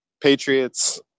Patriots